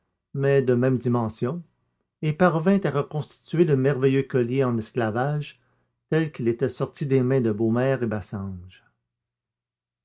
mais de même dimension et parvint à reconstituer le merveilleux collier en esclavage tel qu'il était sorti des mains de bhmer et bassenge